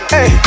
Hey